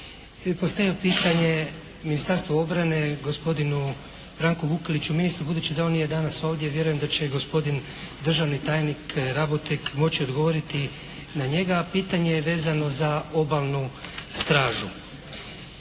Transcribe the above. Postavljam pitanje Ministarstvu obrane gospodinu Branku Vukeliću, ministru. Budući da on nije danas ovdje, vjerujem da će gospodin državni tajnik Raboteg moći odgovoriti na njega. A pitanje je vezano za obalnu stražu.